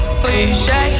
cliche